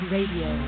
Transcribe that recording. Radio